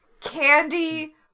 candy